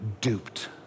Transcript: duped